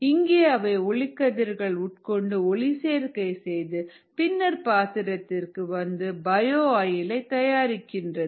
இங்கே அவை ஒளிக்கதிர்கள் உட்கொண்டு ஒளிசேர்க்கை செய்து பின்னர் பாத்திரத்திற்கு வந்து பயோ ஆயிலை தயாரிக்கிறது